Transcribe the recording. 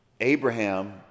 Abraham